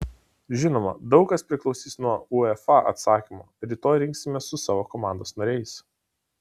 žinoma daug kas priklausys nuo uefa atsakymo rytoj rinksimės su savo komandos nariais